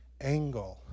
angle